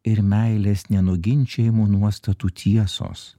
ir meilės nenuginčijamų nuostatų tiesos